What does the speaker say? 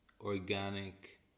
organic